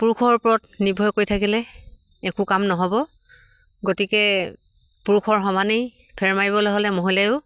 পুৰুষৰ ওপৰত নিৰ্ভৰ কৰি থাকিলে একো কাম নহ'ব গতিকে পুৰুষৰ সমানেই ফেৰ মাৰিবলৈ হ'লে মহিলায়ো